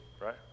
right